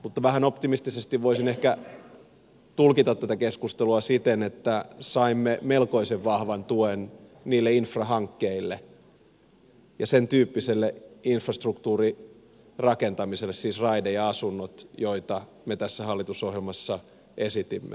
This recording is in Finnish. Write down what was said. mutta vähän optimistisesti voisin ehkä tulkita tätä keskustelua siten että saimme melkoisen vahvan tuen niille infrahankkeille ja sentyyppiselle infrastruktuurin rakentamiselle siis raide ja asunnot joita me tässä hallitusohjelmassa esitimme